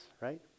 right